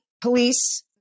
police